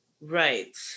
right